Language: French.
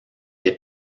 est